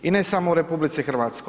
I ne samo u RH.